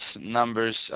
numbers